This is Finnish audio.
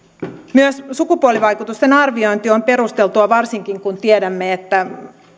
myös sukupuolivaikutusten arviointi on perusteltua varsinkin kun tiedämme että eläkkeensaajista